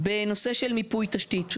בנושא של מיפוי תשתית,